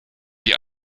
die